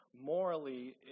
morally